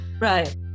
right